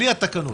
בלי התקנות?